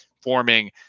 forming